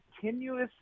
continuous